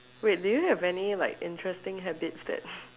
wait do you have any like interesting habits that